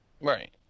Right